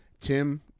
Tim